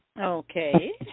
Okay